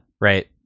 right